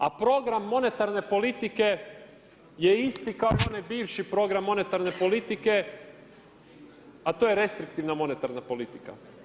A program monetarne politike je isti kao i onaj bivši program monetarne politike, a to je restriktivna monetarna politika.